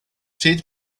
pryd